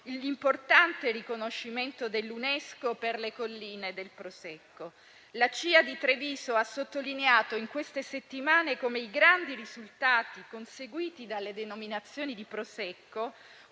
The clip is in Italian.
l'importante riconoscimento dell'Unesco per le colline del Prosecco. La Cia di Treviso ha sottolineato in queste settimane come i grandi risultati conseguiti dalle denominazioni di Prosecco,